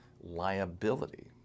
liability